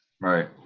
Right